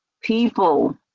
people